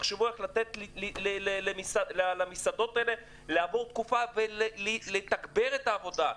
תחשבו איך לתת למסעדות האלה לעבור תקופה ולתגבר את העבודה,